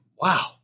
Wow